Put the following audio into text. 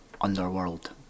underworld